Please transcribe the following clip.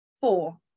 four